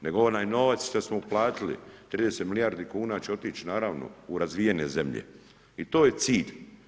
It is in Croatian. Nego onaj novac što smo uplatili 30 milijardi kn će otići naravno u razvijene zemlje i to je cilj.